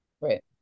Right